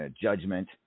Judgment